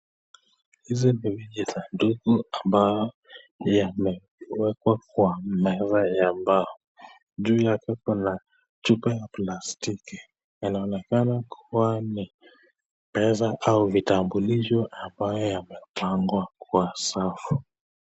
Hizi ni vijisanduku ambao yamewekwa kwa meza ya mbao. Juu ya chupa ya plastiki inaonekana kuwa ni pesa au vitambulisho ambayo yamepangwa kwa safu